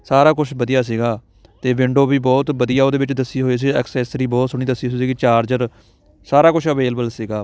ਸਾਰਾ ਕੁਛ ਵਧੀਆ ਸੀਗਾ ਅਤੇ ਵਿੰਡੋ ਵੀ ਬਹੁਤ ਵਧੀਆ ਉਹਦੇ ਵਿੱਚ ਦੱਸੀ ਹੋਈ ਸੀ ਐਕਸੈਸਰੀ ਬਹੁਤ ਸੋਹਣੀ ਦੱਸੀ ਸੀ ਚਾਰਜਰ ਸਾਰਾ ਕੁਛ ਅਵੇਲੇਬਲ ਸੀਗਾ